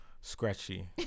scratchy